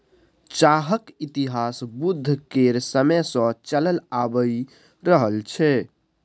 चाहक इतिहास बुद्ध केर समय सँ चलल आबि रहल छै